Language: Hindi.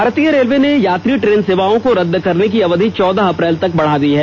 भारतीय रेलवे ने यात्री ट्रेन सेवाओं को रद्द रखने की अवधि चौदह अप्रैल तक बढ़ा दी है